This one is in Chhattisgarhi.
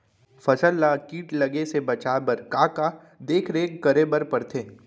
फसल ला किट लगे से बचाए बर, का का देखरेख करे बर परथे?